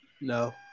No